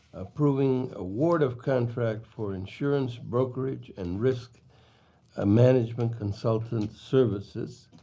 approving award of contract for insurance brokerage and risk ah management consultant services,